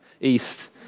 east